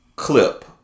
clip